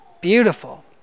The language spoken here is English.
beautiful